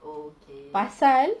pasal